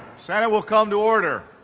senate will come to order.